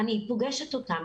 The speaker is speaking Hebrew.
אני פוגשת אותם,